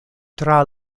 tra